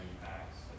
impacts